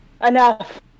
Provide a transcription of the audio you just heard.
enough